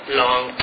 long